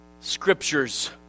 scriptures